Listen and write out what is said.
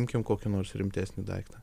imkim kokį nors rimtesnį daiktą